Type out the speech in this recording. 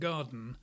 Garden